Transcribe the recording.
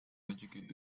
educated